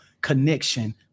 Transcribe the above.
connection